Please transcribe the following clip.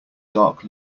dark